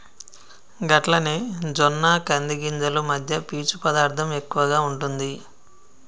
గట్లనే జొన్న కంది గింజలు మధ్య పీచు పదార్థం ఎక్కువగా ఉంటుంది